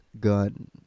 Gun